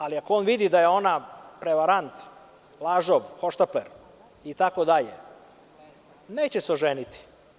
Ali, ako on vidi da je ona prevarant, lažov, hoštapler itd, neće se oženiti.